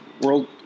World